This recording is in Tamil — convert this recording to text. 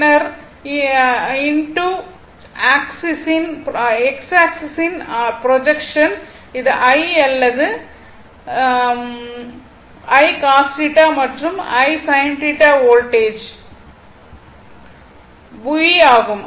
பின்னர் இந்த x ஆக்ஸிஸ் r ப்ரொஜெக்ஷன் இது I அல்லது I cos θ மற்றும் I sin θ r voltage V ஆகும்